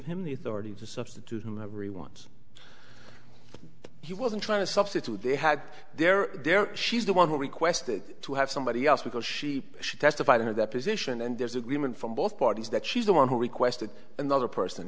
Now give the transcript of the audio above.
him the authority to substitute whomever he wants he wasn't trying to substitute they had their there she's the one who requested to have somebody else because she she testified in a deposition and there's agreement from both parties that she's the one who requested another person